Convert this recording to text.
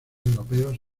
europeos